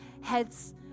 heads